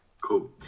cool